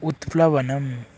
उत्प्लवनम्